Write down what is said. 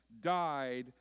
died